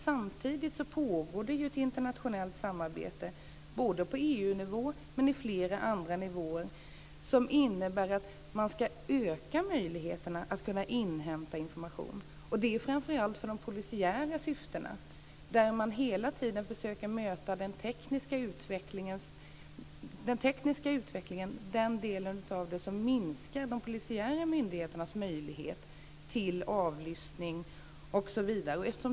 Samtidigt pågår det ju ett internationellt samarbete, både på EU-nivå och på flera andra nivåer, som innebär att man ska öka möjligheterna att inhämta information. Det är framför allt för polisiära syften. Man försöker hela tiden att möta den tekniska utvecklingen och den del av utvecklingen som minskar de polisiära myndigheternas möjlighet till avlyssning osv.